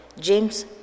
James